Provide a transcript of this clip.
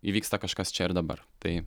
įvyksta kažkas čia ir dabar tai